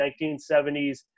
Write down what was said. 1970s